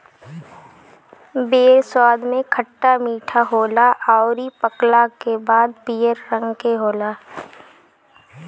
बेर स्वाद में खट्टा मीठा होला अउरी पकला के बाद पियर रंग के होला